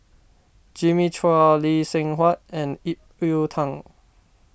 Jimmy Chua Lee Seng Huat and Ip Yiu Tung